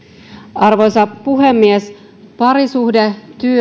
arvoisa puhemies parisuhdetyö